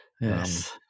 Yes